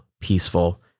peaceful